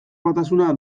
batasuna